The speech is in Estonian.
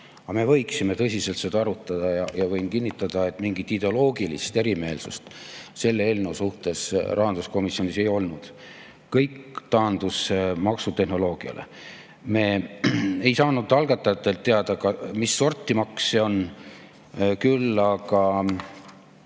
Aga me võiksime seda [teemat] arutada tõsiselt. Võin kinnitada, et mingit ideoloogilist erimeelsust selle eelnõu suhtes rahanduskomisjonis ei olnud. Kõik taandus maksutehnoloogiale. Me ei saanud algatajatelt teada, mis sorti maks see on, küll aga